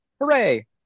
Hooray